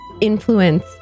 influence